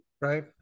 right